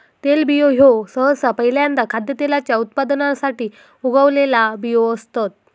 तेलबियो ह्यो सहसा पहील्यांदा खाद्यतेलाच्या उत्पादनासाठी उगवलेला बियो असतत